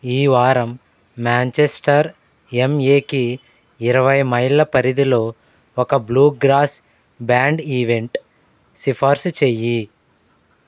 ఈ వారం మాంచెస్టర్ యంఏకి ఇరవై మైళ్ళ పరిధిలో ఒక బ్లూ గ్రాస్ బ్యాండ్ ఈవెంట్ సిఫార్స్ చెయ్యి